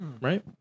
Right